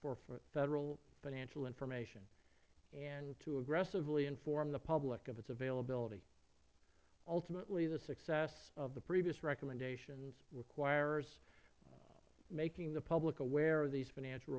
for federal financial information and to aggressively inform the public of its availability ultimately the success of the previous recommendations requires making the public aware of these financial